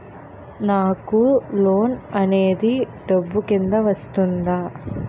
నాకు లోన్ అనేది డబ్బు కిందా వస్తుందా?